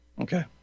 Okay